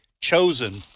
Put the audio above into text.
chosen